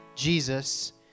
Jesus